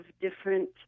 different